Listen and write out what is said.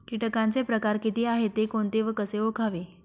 किटकांचे प्रकार किती आहेत, ते कोणते व कसे ओळखावे?